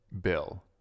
bill